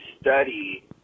study